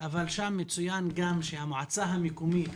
אבל שם מצוין גם שהמועצה המקומית,